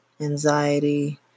anxiety